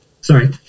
Sorry